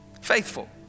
faithful